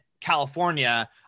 california